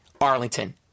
Arlington